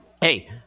Hey